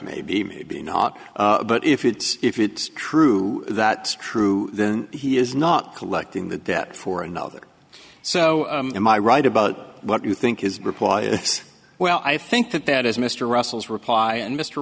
maybe maybe not but if it's if it's true that true then he is not collecting the debt for another so am i right about what you think his reply yes well i think that that is mr russell's reply and mr